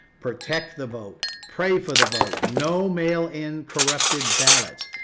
protect the vote, pray for the vote. no mail in corrupted ballots.